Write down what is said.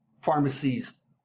pharmacies